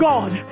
God